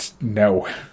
no